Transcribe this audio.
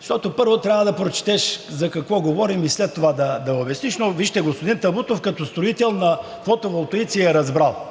Защото, първо, трябва да прочетеш за какво говорим и след това да обясниш. Но вижте, господин Табутов като строител на фотоволтаици е разбрал –